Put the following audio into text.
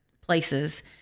places